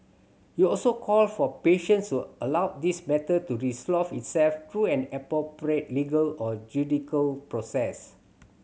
he also called for patience to allow this matter to resolve itself through an appropriate legal or judicial process